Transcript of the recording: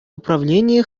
управленийӗ